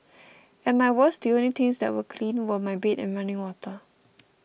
at my worst the only things that were clean were my bed and running water